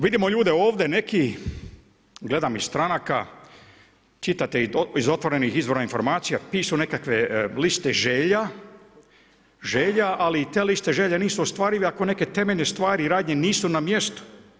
Vidimo ljude ovdje, neki gledam iz stranaka čitate iz otvorenih izvora informacije pišu nekakve liste želja, ali te liste želja nisu ostvarive ako neke temeljne stvari i radnje nisu na mjestu.